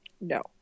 No